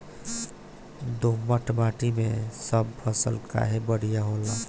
दोमट माटी मै सब फसल काहे बढ़िया होला?